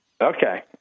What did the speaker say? Okay